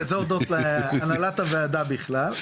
זה הודות להנהלת הוועדה בכלל.